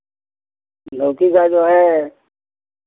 लौकी का जो है